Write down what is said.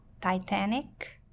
Titanic